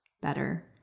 better